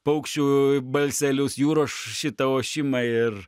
paukščių balselius jūros šitą ošimą ir